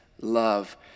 love